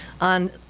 on